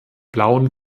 blauen